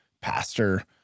pastor